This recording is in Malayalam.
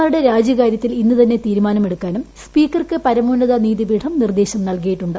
മാരുടെ രാജികാര്യത്തിൽ ഇന്ന് തന്നെ തീരുമാനമെടുക്കാനും സ്പീക്കർക്ക് പരമോന്നത നീതിപീഠഠ നിർദ്ദേശം നൽകിയിട്ടുണ്ട്